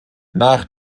nach